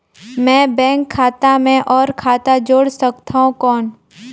मैं बैंक खाता मे और खाता जोड़ सकथव कौन?